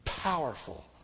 Powerful